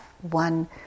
one